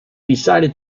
decided